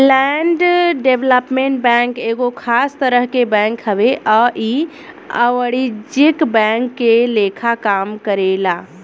land development bank एगो खास तरह के बैंक हवे आ इ अवाणिज्यिक बैंक के लेखा काम करेला